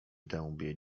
dębie